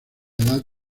edad